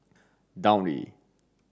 Downy